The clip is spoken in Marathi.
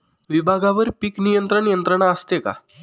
विभागवार पीक नियंत्रण यंत्रणा असते का?